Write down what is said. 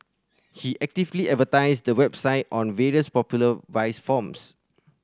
he actively advertised the website on various popular vice forums